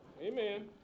Amen